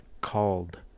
called